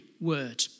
word